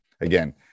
again